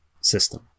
system